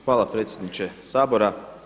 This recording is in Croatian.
Hvala predsjedniče Sabora.